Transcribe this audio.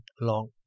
long